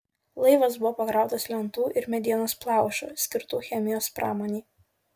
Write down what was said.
laivas buvo pakrautas lentų ir medienos plaušų skirtų chemijos pramonei